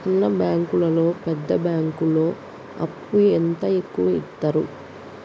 చిన్న బ్యాంకులలో పెద్ద బ్యాంకులో అప్పు ఎంత ఎక్కువ యిత్తరు?